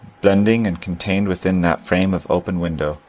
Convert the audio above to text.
blendii and contained within that frame of open window,